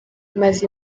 maze